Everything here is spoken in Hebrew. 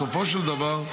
בסופו של דבר,